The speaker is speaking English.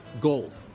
gold